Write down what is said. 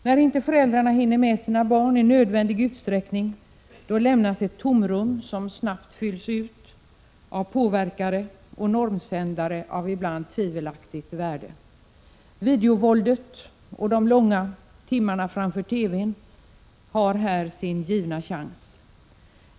När inte föräldrarna hinner med sina barn i nödvändig utsträckning lämnas ett tomrum som snabbt fylls ut av påverkare och normsändare av ibland tvivelaktigt värde. Videovåldet och de långa timmarna framför TV-n har här sin givna chans.